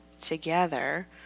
together